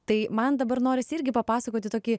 tai man dabar norisi irgi papasakoti tokį